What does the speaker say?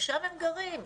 שם הם גרים.